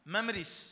Memories